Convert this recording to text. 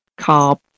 carb